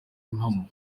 impamo